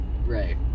right